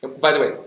by the way,